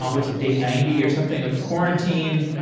um what is it? day ninety or something of quarantine,